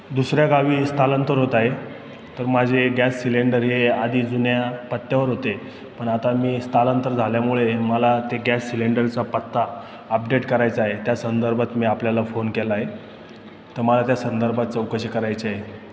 दुसऱ्या गावी स्थलांतर होत आहे तर माझे गॅस सिलेंडर हे आधी जुन्या पत्त्यावर होते पण आता मी स्थलांतर झाल्यामुळे मला ते गॅस सिलेंडरचा पत्ता अपडेट करायचा आहे त्या संदर्भात मी आपल्याला फोन केला आहे तर मला त्या संदर्भात चौकशी करायचे आहे